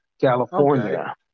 California